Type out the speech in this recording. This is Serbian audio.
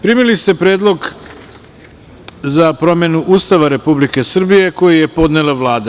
Primili ste Predlog za promenu Ustava Republike Srbije, koji je podnela Vlada.